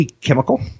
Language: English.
Chemical